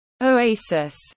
oasis